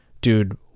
dude